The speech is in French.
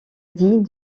dit